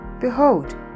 Behold